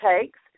takes